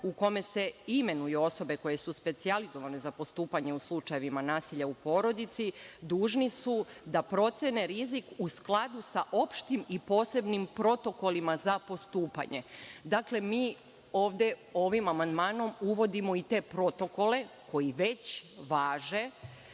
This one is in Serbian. u kome se imenuju osobe koje su specijalizovane za postupanje u slučajevima nasilja u porodici, dužni su da procene rizik u skladu sa opštim i posebnim protokolima za postupanje. Dakle, mi ovde ovim amandmanom uvodimo i te protokole koji već važe,